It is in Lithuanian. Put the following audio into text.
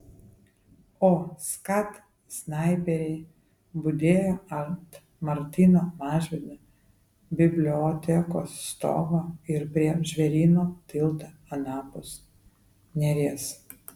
o skat snaiperiai budėjo ant martyno mažvydo bibliotekos stogo ir prie žvėryno tilto anapus neries